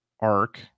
arc